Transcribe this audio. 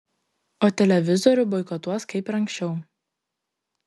o televizorių boikotuos kaip ir anksčiau